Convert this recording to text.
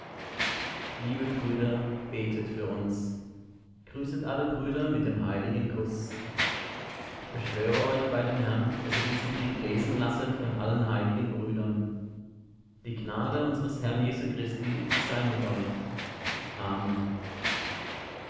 liebe brüder betet für uns grüßet alle brüder mit dem heiligen kuß ich beschwöre euch bei dem herrn daß ihr diesen brief lesen lasset vor allen heiligen brüdern die gnade unsers herrn jesu christi sei mit euch amen